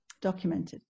Documented